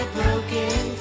broken